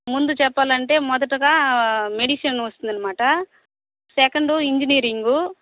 ముందు చెప్పాలంటే మొదటిగా మెడిసిన్ వస్తుంది అన్నమాట సెకండు ఇంజినీరింగు